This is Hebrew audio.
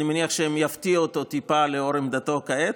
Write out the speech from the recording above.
אני מניח שהם יפתיעו אותו טיפה לאור עמדתו כעת.